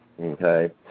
okay